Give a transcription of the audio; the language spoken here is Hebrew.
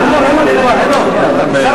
אני רוצה